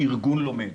ארגון לומד.